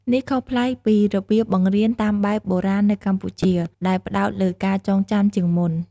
នេះខុសប្លែកពីរបៀបបង្រៀនតាមបែបបុរាណនៅកម្ពុជា ដែលផ្តោតលើការចងចាំជាងគេ។